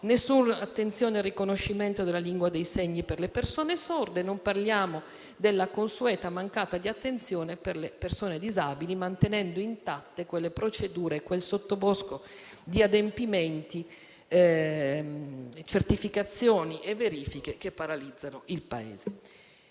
nessuna attenzione al riconoscimento della lingua dei segni per le persone sorde; non parliamo della consueta mancanza di attenzione per le persone disabili, mantenendo intatte quelle procedure e quel sottobosco di adempimenti, certificazioni e verifiche che paralizzano il Paese.